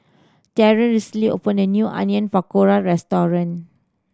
Terence recently opened a new Onion Pakora Restaurant